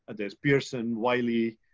and there's pearson, wiley.